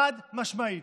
חד-משמעית,